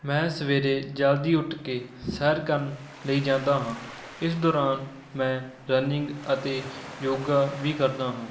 ਮੈਂ ਸਵੇਰੇ ਜਲਦੀ ਉੱਠ ਕੇ ਸੈਰ ਕਰਨ ਲਈ ਜਾਂਦਾ ਹਾਂ ਇਸ ਦੌਰਾਨ ਮੈਂ ਰਨਿੰਗ ਅਤੇ ਯੋਗਾ ਵੀ ਕਰਦਾ ਹਾਂ